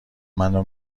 منو